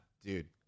Dude